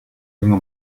junge